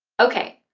okay,